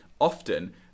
often